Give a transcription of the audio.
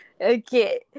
okay